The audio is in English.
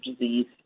disease